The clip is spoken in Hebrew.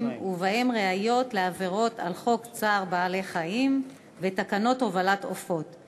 ובהם ראיות לעבירות על חוק צער בעלי-חיים ותקנות הובלת עופות.